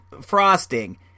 frosting